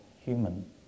human